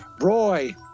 Roy